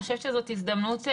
אני חושבת שזאת הזדמנות לומר,